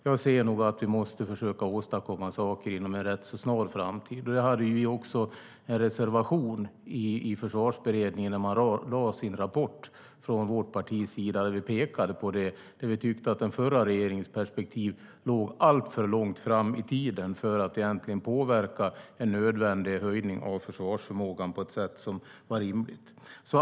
Jag ser nog att vi måste försöka åstadkomma saker inom en rätt snar framtid. Det hade vi också en reservation om från vårt partis sida i Försvarsberedningen när man lade fram sin rapport. Vi pekade på det. Vi tyckte att den förra regeringens perspektiv låg alltför långt fram i tiden för att egentligen påverka en nödvändig höjning av försvarsförmågan på ett sätt som var rimligt.